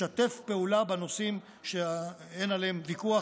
לשתף פעולה בנושאים שאין עליהם ויכוח,